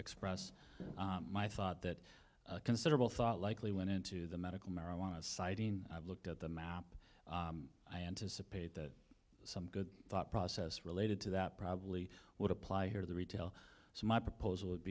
express my thought that considerable thought likely went into the medical marijuana citing i've looked at the map i anticipate that some good thought process related to that probably would apply here the retail so my proposal